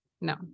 No